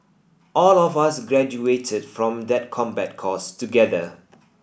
all of us graduated from that combat course together